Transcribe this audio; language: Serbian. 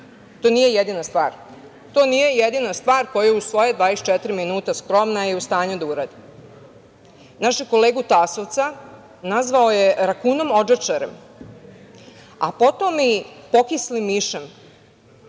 svi penzioneri. To nije jedina stvar koju u svoja „24 minuta“ skromna je u stanju da uradi. Našeg kolegu Tasovca nazvao je rakunom odžačarem, a potom i pokislim mišem.